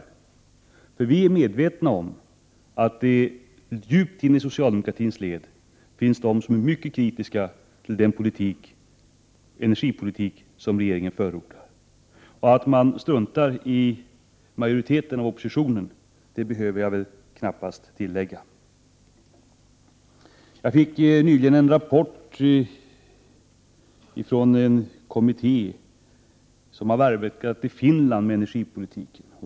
Vi är nämligen medvetna om att det djupt inne i socialdemokratins led finns de som är mycket kritiska till den energipolitik som regeringen förordar. Att regeringen struntar i majoriteten och oppositionen behöver jag väl knappast tillägga. Jag fick nyligen en rapport från en kommitté som har arbetat i Finland med energipolitiken.